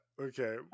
Okay